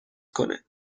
کنه